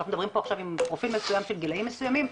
אנחנו מדברים עכשיו על פרופיל מסוים של גילאים מסוימים,